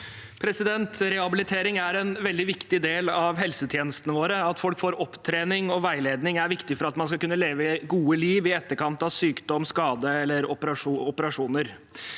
Rehabilitering er en veldig viktig del av helsetjenestene våre. Det at man får opptrening og veiledning er viktig for at man skal kunne leve et godt liv i etterkant av sykdom, skade eller operasjon.